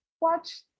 watch